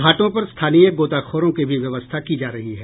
घाटों पर स्थानीय गोताखोरों की भी व्यवस्था की जा रही है